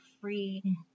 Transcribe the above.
free